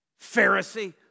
Pharisee